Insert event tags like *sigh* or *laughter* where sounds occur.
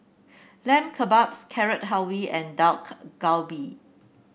Lamb Kebabs Carrot Halwa and Dak *unintelligible* Galbi